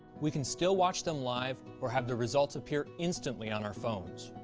we can still watch them live or have the results appear instantly on our phones.